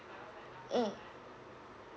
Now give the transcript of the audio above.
mm